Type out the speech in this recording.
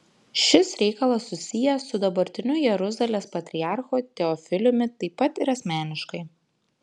šis reikalas susijęs su dabartiniu jeruzalės patriarchu teofiliumi taip pat ir asmeniškai